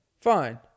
Fine